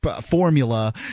formula